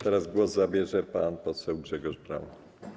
Teraz głos zabierze pan poseł Grzegorz Braun.